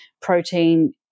protein